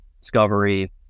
discovery